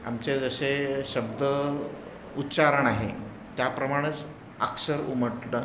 आमचे जसे शब्द उच्चारण आहे त्याप्रमाणेच अक्षर उमटतं